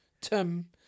Tim